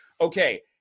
okay